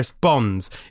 bonds